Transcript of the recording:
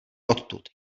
odtud